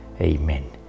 amen